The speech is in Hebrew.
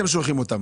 מהנתונים שיש אצלי,